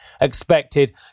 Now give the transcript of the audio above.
expected